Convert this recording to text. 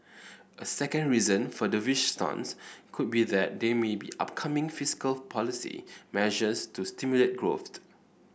a second reason for dovish stance could be that there may be upcoming fiscal policy measures to stimulate growth